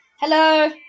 Hello